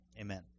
Amen